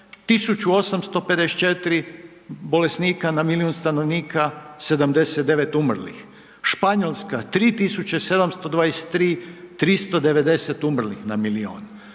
1854 bolesnika na milijun stanovnika, 79 umrlih. Španjolska 3723, 390 umrlih na milijun.